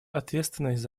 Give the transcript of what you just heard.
ответственность